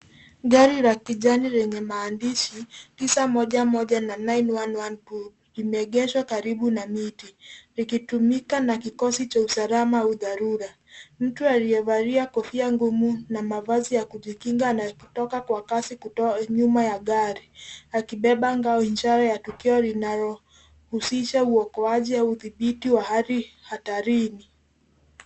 Gari la kijani lenye maandishi 911 na 9112 limeegeshwa karibu na miti, likitumika na kikosi cha usalama au dharura. Mtu aliyevalia kofia ngumu na mavazi ya kujikinga anayetoka kwa kasi kutoka nyuma ya gari akibeba ngao ishara ya tukio linalohusisha uokoaji au udhibiti wa hali hatarini.